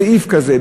בסעיף כזה,